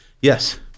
Yes